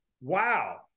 wow